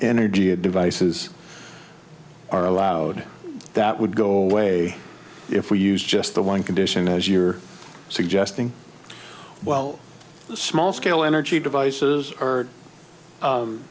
energy of devices are allowed that would go away if we use just the one condition as you're suggesting well small scale energy devices are